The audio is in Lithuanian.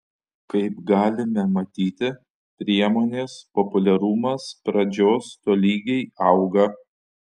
kaip galime matyti priemonės populiarumas pradžios tolygiai auga